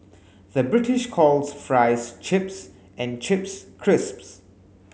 the British calls fries chips and chips crisps